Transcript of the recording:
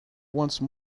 once